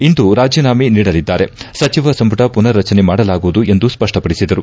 ಇಂದು ರಾಜನಾಮೆ ನೀಡಲಿದ್ದಾರೆ ಸಚಿವ ಸಂಪುಟ ಪುನರ್ರಚನೆ ಮಾಡಲಾಗುವುದು ಎಂದು ಸ್ಪಷ್ಟಪಡಿಸಿದರು